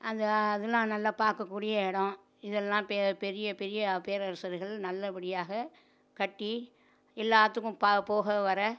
அந்த அதெலாம் நல்ல பார்க்கக்கூடிய எடம் இதெலாம் பெ பெரிய பெரிய பேரரசர்கள் நல்லபடியாக கட்டி எல்லாத்துக்கும் ப போக வர